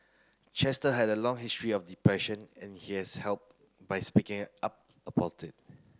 Chester had a long history of depression and he has helped by speaking up about it